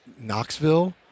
Knoxville